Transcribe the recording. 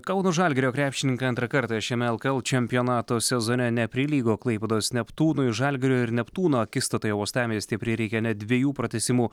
kauno žalgirio krepšininkai antrą kartą šiame lkl čempionato sezone neprilygo klaipėdos neptūnui žalgirio ir neptūno akistatoje uostamiestyje prireikė net dviejų pratęsimų